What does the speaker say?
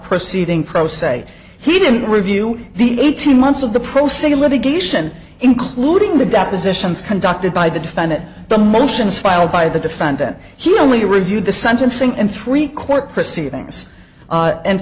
proceeding pro se he didn't review the eighteen months of the pro se litigation including the depositions conducted by the defendant the motions filed by the defendant he only reviewed the sentencing and three court proceedings